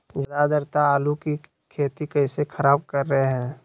ज्यादा आद्रता आलू की खेती कैसे खराब कर रहे हैं?